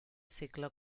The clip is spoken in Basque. ziklo